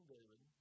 David